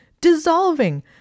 dissolving